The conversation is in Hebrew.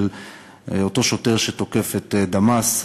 של אותו שוטר שתוקף את דמאס,